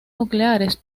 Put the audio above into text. nucleares